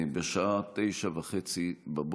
בשעה 9:30,